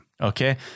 Okay